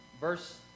verse